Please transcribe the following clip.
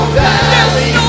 valley